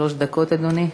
שלוש דקות, אדוני.